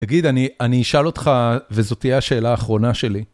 תגיד, אני אשאל אותך, וזאת תהיה השאלה האחרונה שלי.